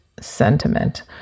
sentiment